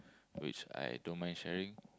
which I don't mind sharing